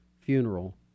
funeral